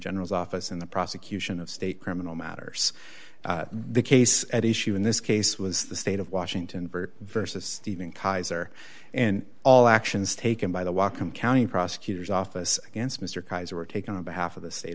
general's office in the prosecution of state criminal matters the case at issue in this case was the state of washington for versus steven kaiser and all actions taken by the walker county prosecutor's office against mr kaiser were taken on behalf of the state